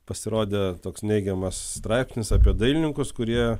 pasirodė toks neigiamas straipsnis apie dailininkus kurie